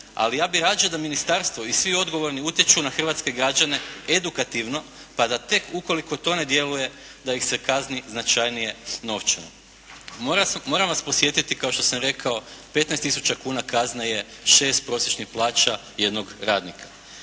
ali ja bih rađe da ministarstvo i svi odgovorni utječu na hrvatske građane edukativno pa da tek ukoliko to ne djeluje da ih se kazni značajnije novčano. Moram vas podsjetiti kao što sam rekao, 15 tisuća kuna kazna je 6 prosječnih plaća jednog radnika.